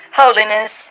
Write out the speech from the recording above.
holiness